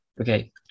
Okay